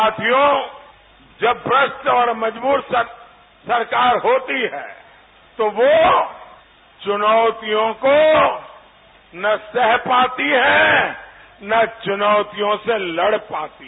साथियों जब भ्रष्ट और मजबूर सरकार होती है तो वह चुनौतियों को न सह पाती है न चुनौतियों से लड़ पाती है